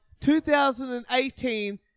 2018